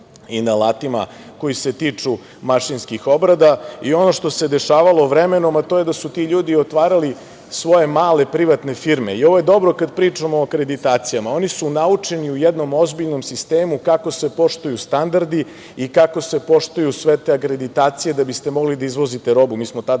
i na alatima, koji se tiču mašinskih obrada i ono što se dešavalo vremenom, a to je da su ti ljudi otvarali svoje male privatne firme. Ovo je dobro kada pričamo o akreditacijama. Oni su naučeni u jednom ozbiljnom sistemu kako se poštuju standardi i kako se poštuju sve te akreditacije da biste mogli da izvozite robu.